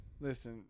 Listen